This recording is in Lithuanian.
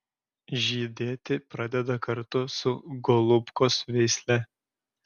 žydėti pradeda kartu su golubkos veisle